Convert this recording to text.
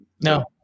no